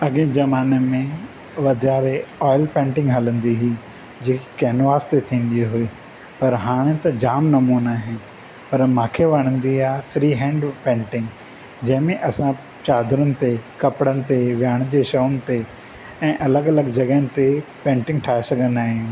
अॻिए ज़माने में वधारे ऑइल पेंटिंग हलंदी हुई जेके कैनवास ते थींदी हुई पर हाणे त जाम नमूना आहिनि पर मूंखे वणंदी आहे फ़्री हैंड पेंटिंग जंहिं में असां चादरुनि ते कपिड़न ते वियाणे जी छउनि ते ऐं अलॻि अलॻि जॻहियुनि ते पेंटिंग ठाहे सघंदा आहियूं